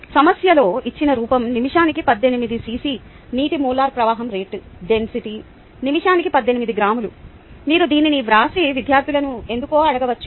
సమస్యలో ఇచ్చిన రూపం నిమిషానికి 18 సిసి నీటి మోలార్ ప్రవాహం రేటు డెన్సిటీ నిమిషానికి 18 గ్రాములు మీరు దీనిని వ్రాసి విద్యార్థులను ఎందుకో అడగవచ్చు